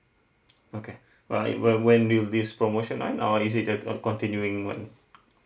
okay right when when will this promotion end or is it like a continuing [one]